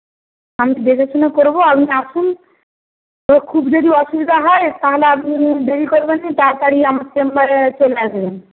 আমি দেখে শুনে করবো আপনি আসুন ওর খুব যদি অসুবিধা হয় তাহলে আপনি দেরি করবেন না তাড়াতাড়ি আমার চেম্বারে চলে আসবেন